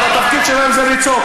אבל התפקיד שלהם זה לצעוק,